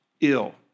ill